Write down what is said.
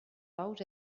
ous